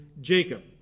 Jacob